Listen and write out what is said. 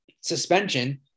suspension